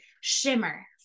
shimmer